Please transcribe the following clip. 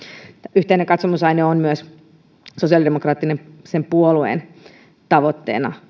yhteinen katsomusaine on ollut myös sosiaalidemokraattisen puolueen tavoitteena